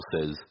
says